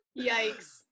Yikes